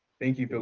thank you.